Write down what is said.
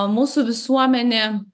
mūsų visuomenė